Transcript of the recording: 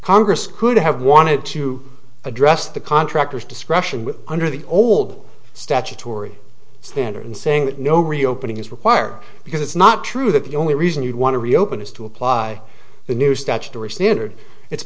congress could have wanted to address the contractors discretion with under the old statutory standard saying that no reopening is required because it's not true that the only reason you want to reopen is to apply the new statutory standard it's